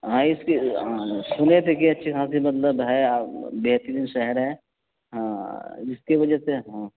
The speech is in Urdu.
ہاں اس کی ہاں سنے تھے کہ اچھی خاصی مطلب ہے بہترین شہر ہے ہاں جس کی وجہ سے ہاں